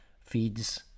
feeds